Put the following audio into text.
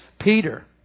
Peter